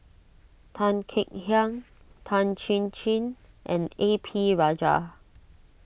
Tan Kek Hiang Tan Chin Chin and A P Rajah